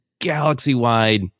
galaxy-wide